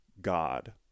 God